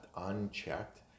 unchecked